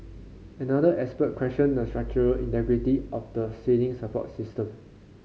another expert questioned the structural integrity of the ceiling support system